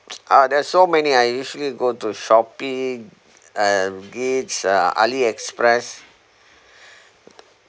uh there's so many I usually go to Shopee uh gach~ uh aliexpress